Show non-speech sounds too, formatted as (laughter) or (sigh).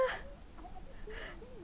(laughs)